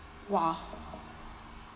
!wah!